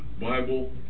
Bible